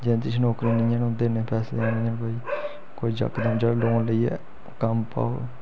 जां जिंदे श नौकरी नेईं ऐ उंदे इन्ने पैसे थोह्ड़े न कोई चक्कर नी जेह्ड़े लोन लेइयै कम्म पाग